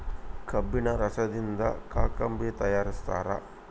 ಕಬ್ಬಿಣ ರಸದಿಂದ ಕಾಕಂಬಿ ತಯಾರಿಸ್ತಾರ